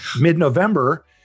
mid-November